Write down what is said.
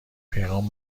پیغام